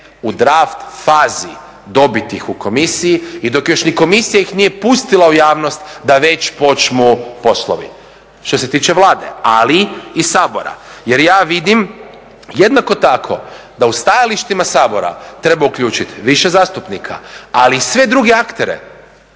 u draft fazi dobiti ih u Komisiji i dok još ni Komisija ih nije pustila u javnost da već počnu poslovi što se tiče Vlade, ali i Sabora jer ja vidim jednako tako da u stajalištima Sabora treba uključiti više zastupnika, ali i sve druge aktere.